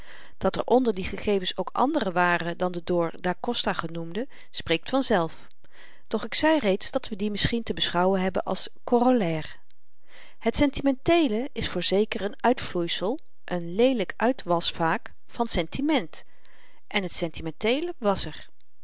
dat er onder die gegevens ook anderen waren dan de door da costa genoemden spreekt vanzelf doch ik zei reeds dat we die misschien te beschouwen hebben als corollair het sentimenteele is voorzeker n uitvloeisel n leelyk uitwas vaak van sentiment en t sentimenteele wàs er